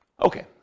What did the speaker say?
okay